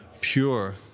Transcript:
pure